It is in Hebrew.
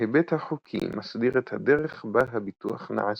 ההיבט החוקי מסדיר את הדרך בה הביטוח נעשה.